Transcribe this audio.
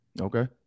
okay